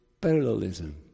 parallelism